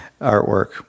artwork